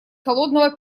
холодного